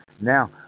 Now